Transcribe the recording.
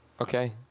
Okay